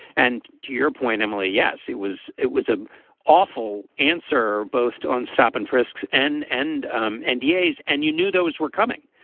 and to your point, emily. yes, it was it was an ah awful answer, both on stop and frisks and end um and days. and you knew those were coming.